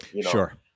Sure